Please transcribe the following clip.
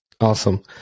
Awesome